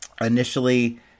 Initially